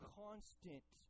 constant